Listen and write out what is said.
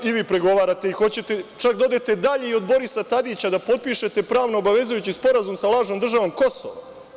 I, vi pregovarate, hoćete čak da odete dalje i od Borisa Tadića da potpišete pravno-obavezujući sporazum sa lažnom državom Kosovo.